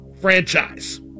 franchise